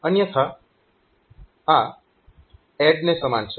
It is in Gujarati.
અન્યથા આ ADD ને સમાન છે